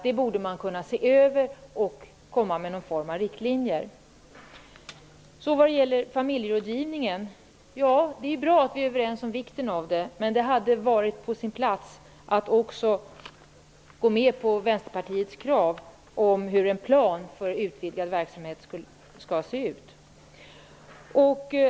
Det borde man kunna se över och utforma någon typ av riktlinjer för. Det är bra att vi är överens om vikten av familjerådgivningen, men det hade varit på sin plats att också gå med på Vänsterpartiets krav på hur en plan för utvidgad verksamhet skall se ut.